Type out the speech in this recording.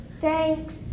Thanks